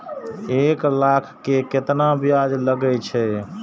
एक लाख के केतना ब्याज लगे छै?